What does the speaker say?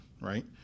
Right